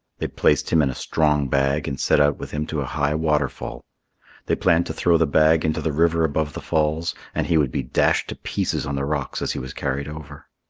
they placed him in a strong bag and set out with him to a high waterfall they planned to throw the bag into the river above the falls, and he would be dashed to pieces on the rocks as he was carried over.